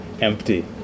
empty